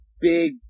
big